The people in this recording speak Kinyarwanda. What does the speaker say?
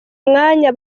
umwanya